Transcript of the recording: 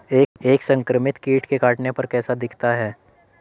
एक संक्रमित कीट के काटने पर कैसा दिखता है?